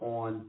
on